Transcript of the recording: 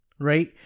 right